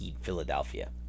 Philadelphia